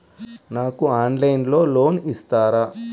నాకు ఆన్లైన్లో లోన్ ఇస్తారా?